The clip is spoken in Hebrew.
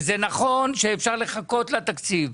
ונכון שאפשר לחכות לתקציב.